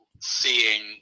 seeing